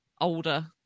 older